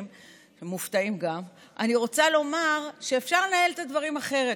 אני רוצה לומר שאפשר לנהל את הדברים אחרת.